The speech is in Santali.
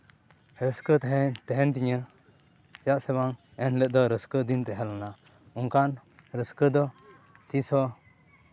ᱨᱟᱹᱥᱠᱟᱹ ᱛᱟᱦᱮᱭᱮᱱ ᱛᱤᱧᱟᱹ ᱪᱮᱫᱟᱜ ᱥᱮ ᱵᱟᱝ ᱮᱱᱦᱤᱞᱳᱜ ᱫᱚ ᱨᱟᱹᱥᱠᱟᱹ ᱫᱤᱱ ᱛᱟᱦᱮᱸ ᱞᱮᱱᱟ ᱚᱱᱠᱟᱱ ᱨᱟᱹᱥᱠᱟᱹ ᱫᱚ ᱛᱤᱥ ᱦᱚᱸ